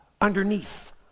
underneath